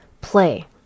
play